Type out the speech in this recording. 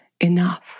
enough